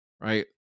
right